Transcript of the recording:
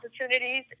opportunities